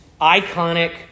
iconic